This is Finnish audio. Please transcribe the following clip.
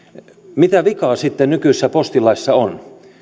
mitä vikaa sitten nykyisessä postilaissa on